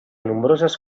nombroses